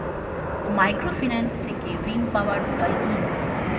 Microfinance থেকে ঋণ পাওয়ার উপায় কি?